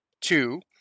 Two